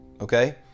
Okay